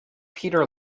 peter